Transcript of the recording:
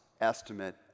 estimate